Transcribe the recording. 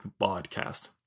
podcast